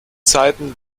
zeiten